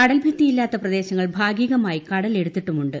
കടൽഭിത്തിയില്ലാത്ത പ്രദേശങ്ങൾ ഭാഗികമായി കടലെടുത്തിട്ടുമുണ്ട്